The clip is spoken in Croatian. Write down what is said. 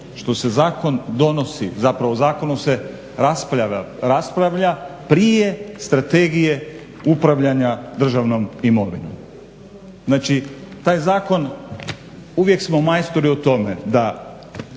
što se zakon donosi, zapravo zakonom se raspravlja prije Strategije upravljanja državnom imovinom. Znači taj zakon, uvijek smo majstori u tome da